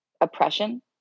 oppression